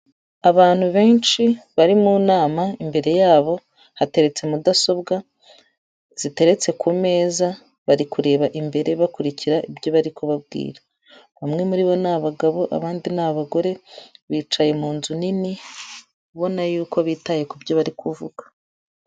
Abantu benshi bari mu nama, imbere yabo hateretse Mudasobwa ziteretse ku meza, bari kureba imbere bakurikira ibyo bari kubabwira, bamwe muri bo ni abagabo, abandi ni abagore, bicaye mu nzu nini ubo yuko bitaye ku byo bari kuvuga.